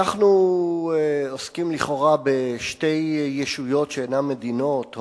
אנחנו עוסקים לכאורה בשתי ישויות שאינן מדינות,